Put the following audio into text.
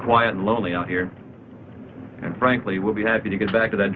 quiet lowly i hear and frankly will be happy to get back to that